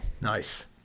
Nice